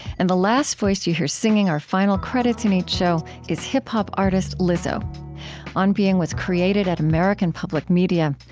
and the last voice that you hear singing our final credits in each show is hip-hop artist lizzo on being was created at american public media.